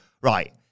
right